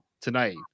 tonight